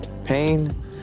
Pain